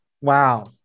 Wow